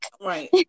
Right